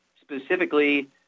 specifically